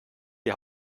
die